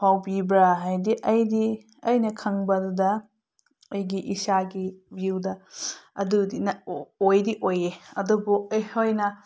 ꯐꯥꯎꯕꯤꯕ꯭ꯔꯥ ꯍꯥꯏꯗꯤ ꯑꯩꯗꯤ ꯑꯩꯅ ꯈꯪꯕꯗꯨꯗ ꯑꯩꯒꯤ ꯏꯁꯥꯒꯤ ꯕ꯭ꯌꯨꯗ ꯑꯗꯨꯗꯤ ꯑꯣꯏꯗꯤ ꯑꯣꯏꯌꯦ ꯑꯗꯨꯕꯨ ꯑꯩꯈꯣꯏꯅ